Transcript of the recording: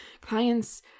clients